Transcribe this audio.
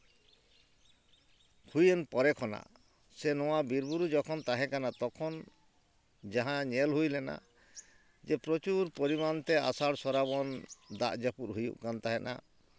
ᱦᱩᱭᱮᱱ ᱯᱚᱨᱮ ᱠᱷᱚᱱᱟᱜ ᱥᱮ ᱱᱚᱣᱟ ᱵᱤᱨ ᱵᱩᱨᱩ ᱡᱚᱠᱷᱚᱱ ᱛᱟᱦᱮᱠᱟᱱᱟ ᱛᱚᱠᱷᱚᱱ ᱡᱟᱦᱟᱸ ᱧᱮᱞ ᱦᱩᱭ ᱞᱮᱱᱟ ᱡᱮ ᱯᱨᱚᱪᱩᱨ ᱯᱚᱨᱤᱢᱟᱱ ᱛᱮ ᱟᱥᱟᱲ ᱥᱨᱟᱵᱚᱱ ᱫᱟᱜ ᱡᱟᱹᱯᱩᱫ ᱦᱩᱭᱩᱜ ᱠᱟᱱ ᱛᱟᱦᱮᱸᱫᱼᱟ